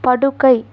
படுக்கை